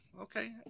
okay